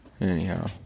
Anyhow